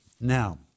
Now